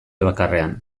bakarrean